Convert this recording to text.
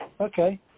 Okay